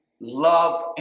love